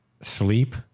sleep